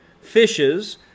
Fishes